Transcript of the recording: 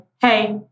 hey